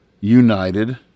united